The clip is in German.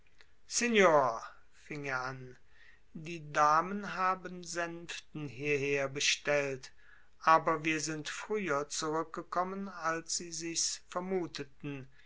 fing er an die damen haben sänften hieher bestellt aber wir sind früher zurückgekommen als sie sichs vermuteten